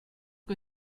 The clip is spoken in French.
que